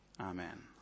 Amen